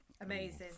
Amazing